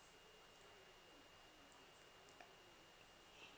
uh